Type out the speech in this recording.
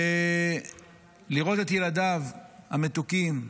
לראות את ילדיו המתוקים,